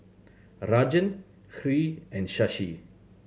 Rajan Hri and Shashi